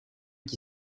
qui